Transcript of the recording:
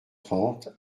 trente